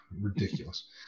ridiculous